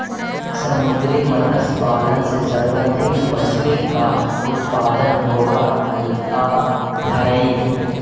समुद्री मत्स्य पालन से सर्वाधिक मछली का उत्पादन होवअ हई